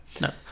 No